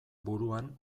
buruan